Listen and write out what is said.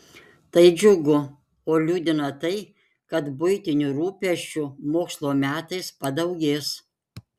tai džiugu o liūdina tai kad buitinių rūpesčių mokslo metais padaugės